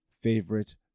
favorite